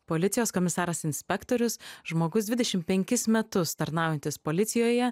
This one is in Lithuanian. policijos komisaras inspektorius žmogus dvidešim penkis metus tarnaujantis policijoje